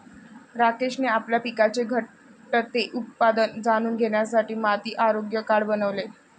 राकेशने आपल्या पिकाचे घटते उत्पादन जाणून घेण्यासाठी माती आरोग्य कार्ड बनवले